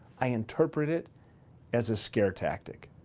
i interpret it as a scare tactic.